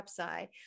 website